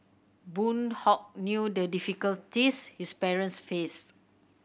Boon Hock knew the difficulties his parents faced